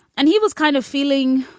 and he was kind of feeling,